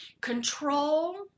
Control